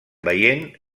veient